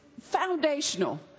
foundational